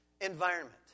environment